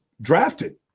drafted